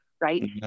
right